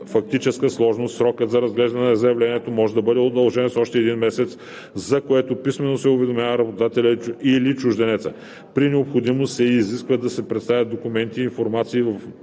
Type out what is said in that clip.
фактическа сложност срокът за разглеждане на заявлението може да бъде удължен с още един месец, за което писмено се уведомява работодателят или чужденецът. При необходимост се изисква да се представят документи и информация